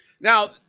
Now